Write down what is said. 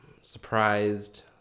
surprised